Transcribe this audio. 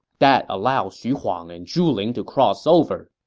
that allowed xu huang and zhu ling to cross over.